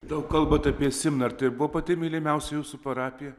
daug kalbat apie simną ir tai buvo pati mylimiausia jūsų parapija